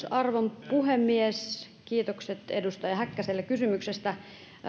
arvon puhemies kiitokset edustaja häkkäselle kysymyksestä